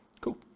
Cool